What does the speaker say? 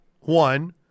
one